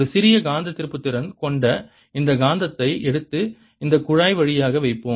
ஒரு சிறிய காந்த திருப்புத்திறன் கொண்ட இந்த காந்தத்தை எடுத்து இந்த குழாய் வழியாக வைப்போம்